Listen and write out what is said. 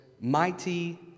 mighty